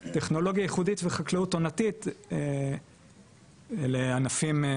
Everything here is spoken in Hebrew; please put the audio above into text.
אלה ענפים ששיעור המיצוי הוא יחסית גבוה,